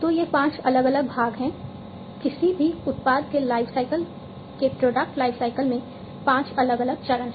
तो ये पांच अलग अलग भाग हैं किसी भी उत्पाद के लाइफसाइकिल के प्रोडक्ट लाइफसाइकिल में पांच अलग अलग चरण हैं